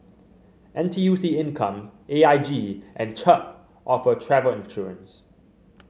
N T U C Income A I G and Chubb offer travel insurance